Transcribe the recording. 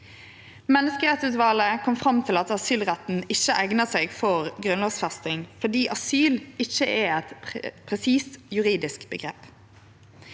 Menneskerettsutvalet kom fram til at asylretten ikkje eignar seg for grunnlovfesting fordi asyl ikkje er eit presist juridisk omgrep.